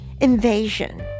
invasion